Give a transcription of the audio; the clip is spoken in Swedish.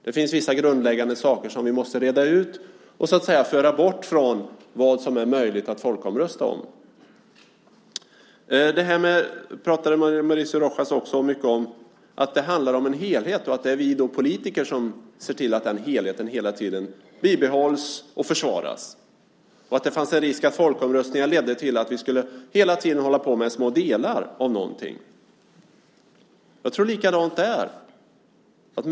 Det finns vissa grundläggande saker som vi måste reda ut och föra bort från vad som är möjligt att folkomrösta om. Mauricio Rojas talade också mycket om att det handlar om en helhet och att det är vi politiker som ser till att den hela tiden bibehålls och försvaras. Det fanns en risk att folkomröstningar ledde till att vi hela tiden skulle hålla på med små delar av någonting. Jag tror att det är likadant där.